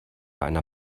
einer